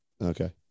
okay